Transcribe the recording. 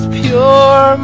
pure